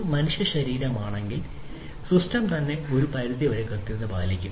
ഒരു മനുഷ്യശരീരമാണെങ്കിൽ സിസ്റ്റം തന്നെ ഒരു പരിധിവരെ കൃത്യത പാലിക്കും